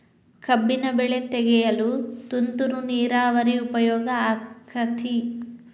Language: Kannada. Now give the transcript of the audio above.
ಕಬ್ಬಿನ ಬೆಳೆ ತೆಗೆಯಲು ತುಂತುರು ನೇರಾವರಿ ಉಪಯೋಗ ಆಕ್ಕೆತ್ತಿ?